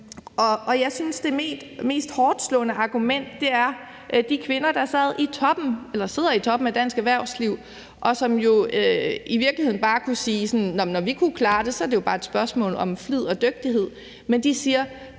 Jeg synes, at det mest hårdtslående argument er, at de kvinder, der sidder i toppen af dansk erhvervsliv, og som jo i virkeligheden bare kunne sige, at når de kunne klare det, er det jo bare et spørgsmål om tid og dygtighed, siger,